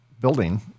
building